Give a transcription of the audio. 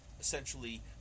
essentially